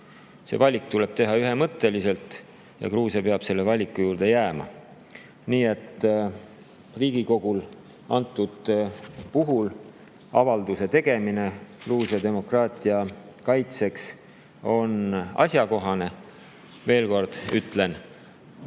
See valik tuleb teha ühemõtteliselt ja Gruusia peab selle valiku juurde jääma. Nii et Riigikogul on antud puhul avalduse tegemine Gruusia demokraatia kaitseks asjakohane. Veel kord ütlen: